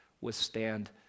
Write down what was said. withstand